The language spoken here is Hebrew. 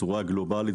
בצורה גלובלית,